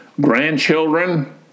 grandchildren